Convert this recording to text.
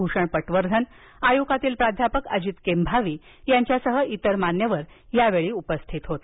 भूषण पटवर्धन आयुकातील प्राध्यापक अजित केंभवी यांच्यासह इतर मान्यवर मान्यवर उपस्थित होते